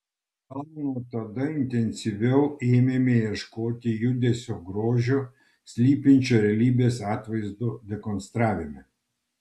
gal nuo tada intensyviau ėmėme ieškoti judesio grožio slypinčio realybės atvaizdo dekonstravime